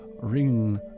ring